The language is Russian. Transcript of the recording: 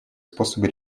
способы